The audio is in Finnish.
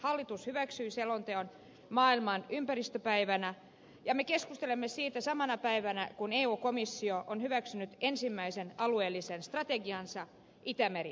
hallitus hyväksyi selonteon maailman ympäristöpäivänä ja me keskustelemme siitä samana päivänä kun eu komissio on hyväksynyt ensimmäisen alueellisen strategiansa itämeri strategian